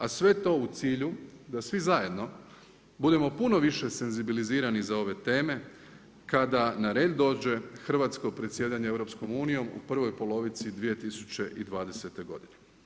A sve to u cilju da svi zajedno budemo puno više senzibilizirani za ove teme, kada na red dođe Hrvatsko predsjedanje EU u prvoj polovici 2020. godine.